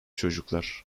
çocuklar